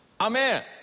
Amen